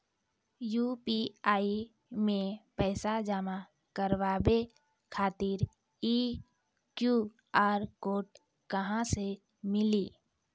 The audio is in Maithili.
यु.पी.आई मे पैसा जमा कारवावे खातिर ई क्यू.आर कोड कहां से मिली?